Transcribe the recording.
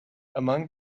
among